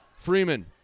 Freeman